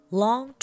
long